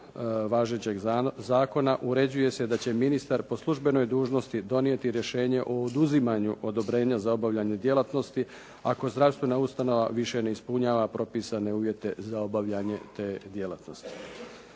važećeg zakona uređuje se da će ministar po službenoj dužnosti donijeti rješenje o oduzimanju odobrenja za obavljanje djelatnosti, ako zdravstvena ustanova više ne ispunjava propisane uvjete za obavljanje te djelatnosti.